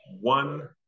one